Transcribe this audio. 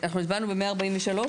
אנחנו הצבענו על 143?